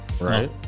Right